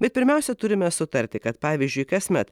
bet pirmiausia turime sutarti kad pavyzdžiui kasmet